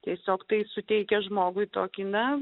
tiesiog tai suteikia žmogui tokį na